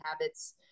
habits